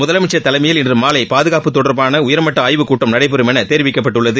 முதலமைச்சர் தலைமையில் இன்று மாலை பாதுகாப்பு தொடர்பான உயர்மட்ட ஆய்வுக்கூட்டம் நடைபெறும் என தெரிவிக்கப்பட்டுள்ளது